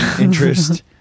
interest